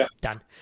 done